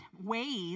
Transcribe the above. ways